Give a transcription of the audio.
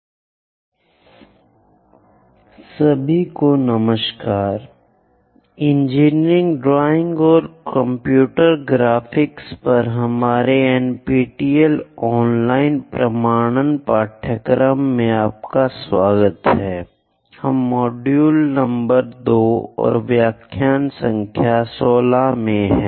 conic खंड VIII सभी को नमस्कार इंजीनियरिंग ड्राइंग और कंप्यूटर ग्राफिक्स पर हमारे एनपीटीईएल ऑनलाइन प्रमाणन पाठ्यक्रमों में आपका स्वागत है हम मॉड्यूल नंबर 2 और व्याख्यान संख्या 16 में हैं